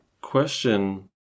question